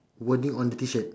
wording on the T shirt